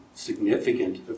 significant